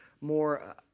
more